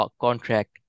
contract